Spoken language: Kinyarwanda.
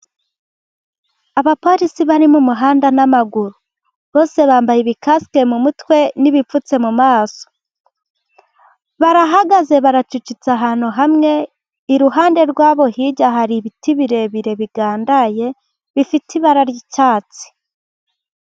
Abapolisi bari muhanda n'amaguru, bose bambaye ibikasike mu mutwe, ibipfutse mu maso. Barahagaze bacecetse ahantu hamwe, iruhande rwabo hirya hari ibiti birebire bigandaye, bifite ibara ry'icyatsi.